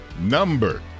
number